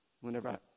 whenever